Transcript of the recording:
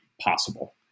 possible